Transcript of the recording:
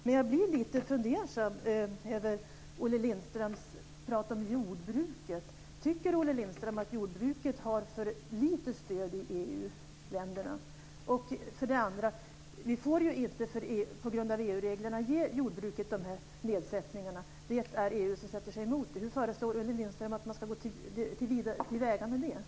Men jag blir lite fundersam över Olle Lindströms prat om jordbruket. Tycker Olle Lindström att jordbruket får för lite stöd i EU-länderna? På grund av EU-regler medges inte dessa nedsättningar inom jordbruket, det sätter sig EU emot. Hur föreslår Olle Lindström att man ska gå till väga med detta?